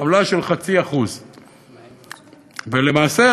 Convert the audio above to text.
עמלה של 0.5%. ולמעשה,